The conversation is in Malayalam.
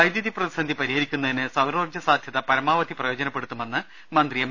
വൈദ്യുതി പ്രതിസന്ധി പരിഹരിക്കുന്നതിന് സൌരോർജ്ജ സാധ്യത പരമാവധി പ്രയോജനപ്പെടുത്തുമെന്ന് മന്ത്രി എം